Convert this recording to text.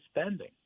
spending